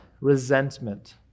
resentment